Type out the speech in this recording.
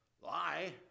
Lie